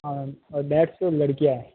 हाँ और डेढ़ सौ लड़कियाँ हैं